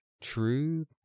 true